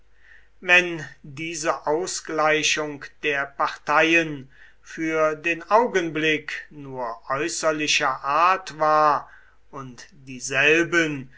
wenn diese ausgleichung der parteien für den augenklick nur äußerlicher art war und dieselben